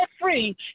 free